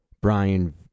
Brian